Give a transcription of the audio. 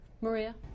Maria